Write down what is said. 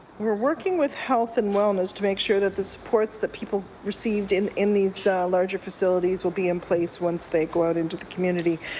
we're working with health and wellness to make sure the supports that people received in in these larger facilities will be in place once they go out into the community.